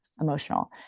emotional